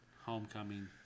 Homecoming